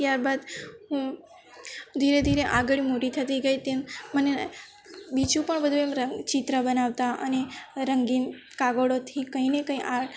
ત્યારબાદ હું ધીરે ધીરે આગળ મોટી થતી ગઈ તેમ મને બીજું પણ બધું એમ ચિત્ર બનાવતાં અને રંગીન કાગળોથી કંઈ ને કંઈ આ